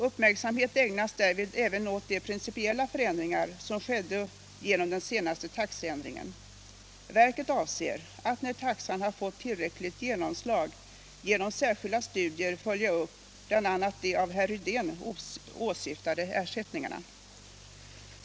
Uppmärksamhet ägnas därvid även åt de principiella förändringar som skedde genom den senaste taxeändringen. Verket avser att när taxan har fått tillräckligt genomslag genom särskilda studier följa upp bl.a. de av herr Rydén åsyftade ersättningarna.